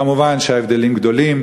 מובן שההבדלים גדולים,